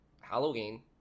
Halloween